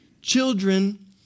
Children